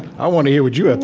i want to hear what you have